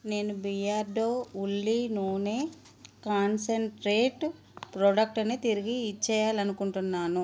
నేను బియర్డో ఉల్లి నూనె కాన్సెంట్రేట్ ప్రోడక్ట్ని తిరిగి ఇచ్చేయాలని అనుకుంటున్నాను